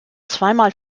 zweimal